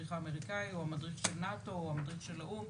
המדריך האמריקאי או המדריך של נאט"ו או המדריך של האו"ם.